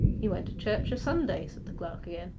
he went to church a-sunday said the clerk again.